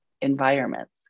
environments